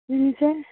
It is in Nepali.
तिमी चाहिँ